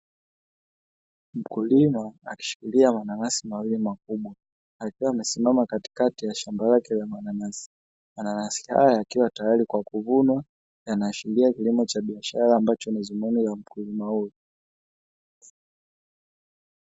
Mkulima akishikilia mananasi mawili makubwa akiwa kasimama katikati ya shamba lake la mananasi, mananasi haya yakiwa tayari kwa kuvunwa yanaashiria kilimo cha biashara ambacho ni dhumuni la mkulima huyo.